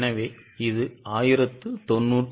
எனவே இது 1097